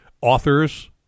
authors